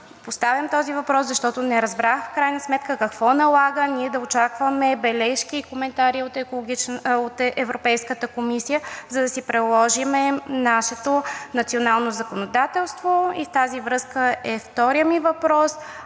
Поставям този въпрос, защото не разбрах в крайна сметка какво налага ние да очакваме бележки и коментари от Европейската комисия, за да си приложим нашето национално законодателство? И в тази връзка е вторият ми въпрос: